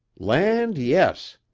land yes!